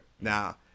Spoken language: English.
now